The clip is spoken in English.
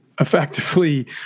effectively